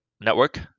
network